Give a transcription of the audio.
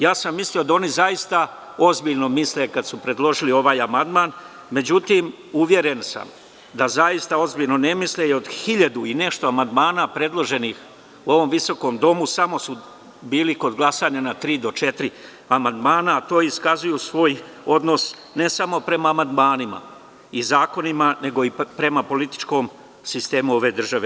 Ja sam mislio da oni ozbiljno misle kada su predložili ovaj amandman, međutim, uveren sam da zaista ozbiljno ne misle, jer od 1000 i nešto predloženih amandmana u ovom visokom Domu, samo su bili kod glasanja na tri do četiri amandmana, a time iskazuju svoj odnos, ne samo prema amandmanima i zakonima, nego i prema političkom sistemu ove države.